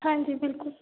हां जी बिल्कुल